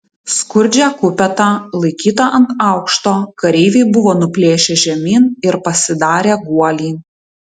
skurdžią kupetą laikytą ant aukšto kareiviai buvo nuplėšę žemyn ir pasidarę guolį